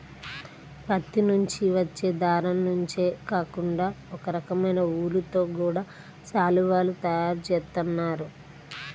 పత్తి నుంచి వచ్చే దారం నుంచే కాకుండా ఒకరకమైన ఊలుతో గూడా శాలువాలు తయారు జేత్తన్నారు